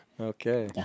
Okay